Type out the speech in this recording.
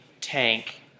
tank